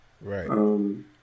Right